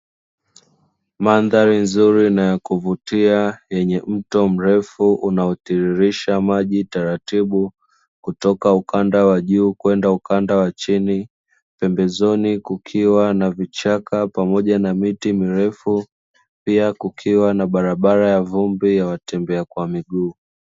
Mandhari nzuri na ya kuvutia yenye mto mrefu unaotiririsha maji taratibu kutoka ukanda wa juu kwenda ukanda wa chini pembezoni kukiwa na vichaka pamoja na miti mirefu pia kukiwa na barabara ya vumbi ya watembea kwa miguu.